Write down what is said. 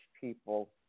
people